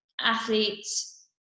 athletes